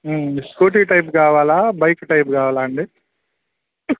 scooty type కావాలా bike type కావాలా అండి